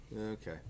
Okay